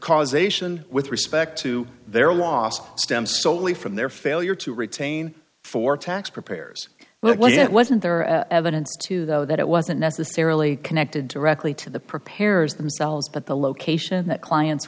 causation with respect to their last stem solely from their failure to retain for tax preparers well yet wasn't there evidence too though that it wasn't necessarily connected directly to the preparers themselves but the location that clients